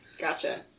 Gotcha